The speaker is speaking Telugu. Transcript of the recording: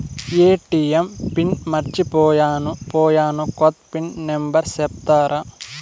ఎ.టి.ఎం పిన్ మర్చిపోయాను పోయాను, కొత్త పిన్ నెంబర్ సెప్తారా?